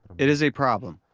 it is a problem.